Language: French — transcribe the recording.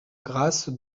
grâce